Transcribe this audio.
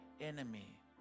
enemy